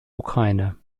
ukraine